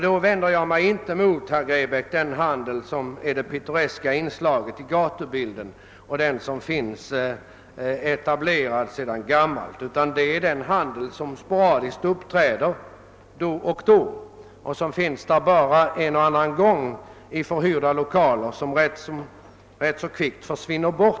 Då vänder jag mig, herr Grebäck, inte mot den handel som utgör ett pittoreskt inslag i gatubilden och den som finns etablerad sedan gammalt, utan mot den handel som uppträder sporadiskt i tillfälligt förhyrda lokaler.